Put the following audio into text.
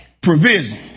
Provision